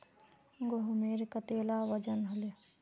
गहोमेर कतेला वजन हले